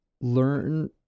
learn